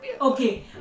okay